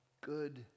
Good